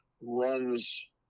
runs